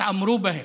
התעמרו בהם,